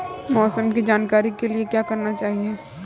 मौसम की जानकारी के लिए क्या करना चाहिए?